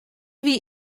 wie